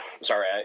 sorry